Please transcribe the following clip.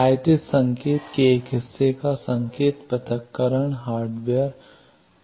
आयातित संकेत के एक हिस्से का संकेत पृथक्करण हार्डवेयर माप